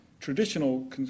traditional